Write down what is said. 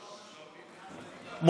רוזנטל.